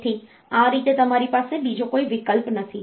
તેથી આ રીતે તમારી પાસે બીજો કોઈ વિકલ્પ નથી